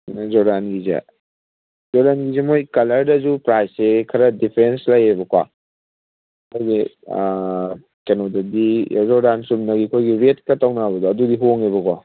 ꯖꯣꯔꯗꯥꯟꯒꯤꯁꯦ ꯖꯣꯔꯗꯥꯟꯒꯤꯁꯦ ꯃꯣꯏ ꯀꯂꯔꯗꯁꯨ ꯄ꯭ꯔꯥꯏꯁꯁꯦ ꯈꯔ ꯗꯤꯐ꯭ꯔꯦꯟꯁ ꯂꯩꯌꯦꯕꯀꯣ ꯑꯩꯈꯣꯏꯒꯤ ꯀꯩꯅꯣꯗꯗꯤ ꯖꯣꯔꯗꯥꯟ ꯆꯨꯝꯅꯒꯤ ꯑꯩꯈꯣꯏꯒꯤ ꯔꯦꯠꯀ ꯇꯣꯡꯅꯕꯗꯣ ꯑꯗꯨꯗꯤ ꯍꯣꯡꯉꯦꯕꯀꯣ